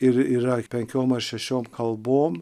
ir yra penkiom ar šešiom kalbom